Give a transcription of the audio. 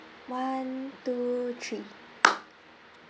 one two three